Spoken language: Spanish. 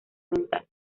mental